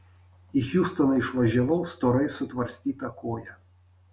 į hjustoną išvažiavau storai sutvarstyta koja